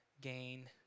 gain